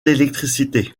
l’électricité